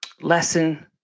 lesson